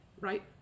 Right